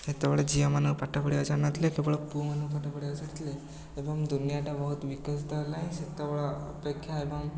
ସେତେବେଳେ ଝିଅମାନଙ୍କୁ ପାଠ ପଢ଼େଇବାକୁ ଛାଡ଼ୁନଥିଲେ କେବଳ ପୁଅମାନଙ୍କୁ ପାଠ ପଢ଼େଇବାକୁ ଛାଡ଼ୁଥିଲେ ଏବଂ ଦୁନିଆଟା ବହୁତ ବିକଶିତ ହେଲାଣି ସେତେବେଳ ଅପେକ୍ଷା ଏବଂ